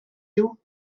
you